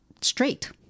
straight